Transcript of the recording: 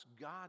God